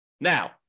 Now